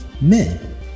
men